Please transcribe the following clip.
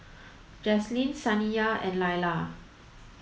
Jaclyn Saniyah and Lila